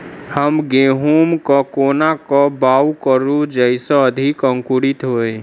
हम गहूम केँ कोना कऽ बाउग करू जयस अधिक अंकुरित होइ?